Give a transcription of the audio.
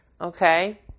Okay